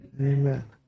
Amen